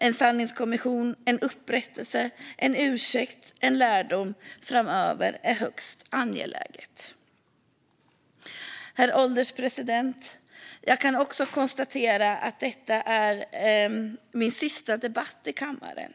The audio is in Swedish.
En sanningskommission, en upprättelse, en ursäkt och en lärdom framöver är högst angelägna. Herr ålderspresident! Jag kan också konstatera att detta är min sista debatt i kammaren.